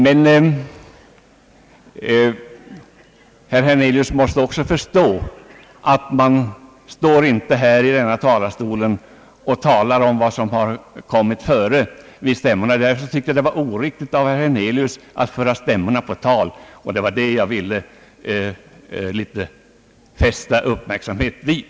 Men herr Hernelius måste också förstå att man inte står här i denna talarstol och berättar vad som har förevarit vid stämmorna. Därför tyckte jag att det var oriktigt att föra stämmorna på tal, och det var det jag ville fästa uppmärksamheten vid.